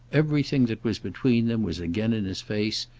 everything that was between them was again in his face,